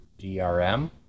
DRM